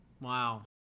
Wow